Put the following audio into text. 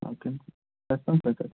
okay ఖచ్చితంగా తెచ్చేస్తాను